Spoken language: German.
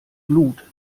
glut